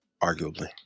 arguably